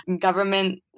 government